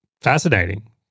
Fascinating